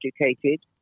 educated